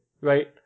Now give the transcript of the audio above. right